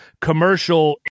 commercial